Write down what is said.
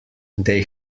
they